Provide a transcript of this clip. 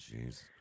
jeez